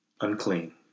unclean